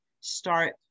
start